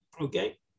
Okay